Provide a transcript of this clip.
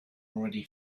already